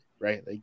right